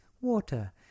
water